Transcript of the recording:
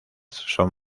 son